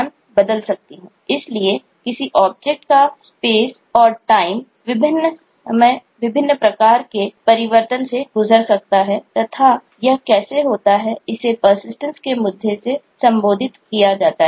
और कह सकता हूं कि अब इस ऑब्जेक्ट के मुद्दे में संबोधित किया जाता है